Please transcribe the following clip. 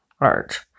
art